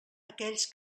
aquells